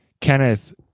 Kenneth